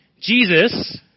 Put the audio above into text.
Jesus